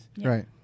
Right